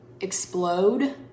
explode